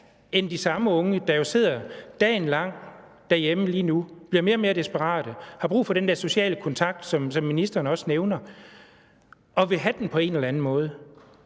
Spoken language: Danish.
end at de samme unge lige nu sidder dagen lang derhjemme, bliver mere og mere desperate, har brug for den der sociale kontakt, som ministeren også nævner, og vil have den på en eller anden måde?